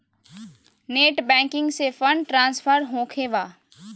Net banking से fund transfer होखें बा?